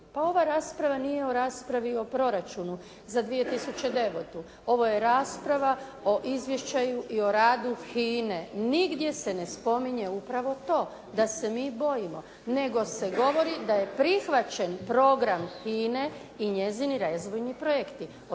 Pa ova rasprava nije u raspravi o proračunu za 2009. Ovo je rasprava o izvješću i o radu HINA-e, nigdje se ne spominje upravo to da se mi bojimo nego se govori da je prihvaćen program HINA-e i njezini razvojni projekti,